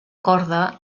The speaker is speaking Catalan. corda